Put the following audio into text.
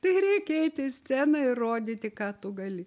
tai reikia eiti į sceną ir rodyti ką tu gali